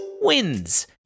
wins